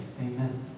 Amen